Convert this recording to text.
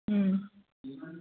ও